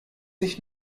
ich